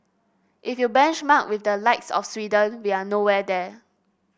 if you benchmark with the likes of Sweden we're nowhere there